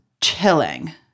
chilling